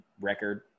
record